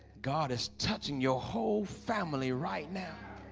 god is touching your whole family right now